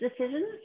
decisions